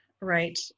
right